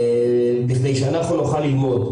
בכדי שאנחנו נוכל ללמוד,